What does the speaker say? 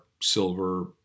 silver